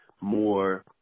more